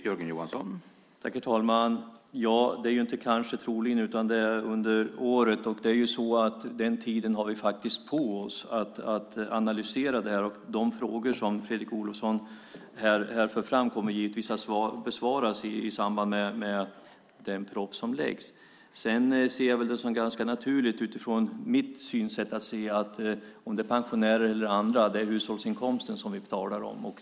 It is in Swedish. Herr talman! Det blir inte kanske, troligen, utan det blir under året. Den tiden har vi på oss att analysera frågan, och de frågor som Fredrik Olovsson för fram kommer givetvis att besvaras i samband med den proposition som läggs fram. Det är väl ganska naturligt, utifrån mitt sätt att se, att antingen vi talar om pensionärer eller andra är det hushållsinkomsten som gäller.